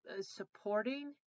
supporting